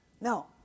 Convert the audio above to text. No